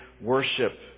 worship